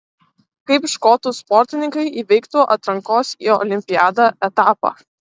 kaip škotų sportininkai įveiktų atrankos į olimpiadą etapą